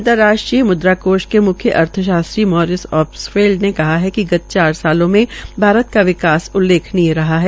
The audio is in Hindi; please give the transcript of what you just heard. अंतर्राष्ट्रीय म्द्रा कोष के म्ख्य अर्थशास्त्री मॉरिस ऑबफेल्ड ने कहा है कि गत चार सालों में भारत का विकास उल्लेखनी रहा है